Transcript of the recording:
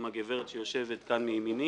עם הגברת שיושבת כאן לימיני.